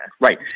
Right